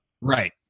Right